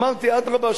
אמרתי: אדרבה,